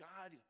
God